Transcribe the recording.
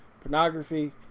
pornography